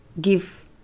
give